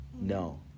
no